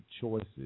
choices